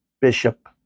bishop